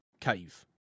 cave